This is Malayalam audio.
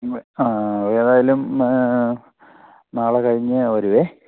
ആ ഏതായാലും നാളെ കഴിഞ്ഞ് വരുവേ